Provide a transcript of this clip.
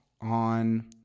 on